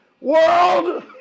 World